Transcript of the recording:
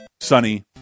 sunny